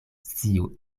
sciu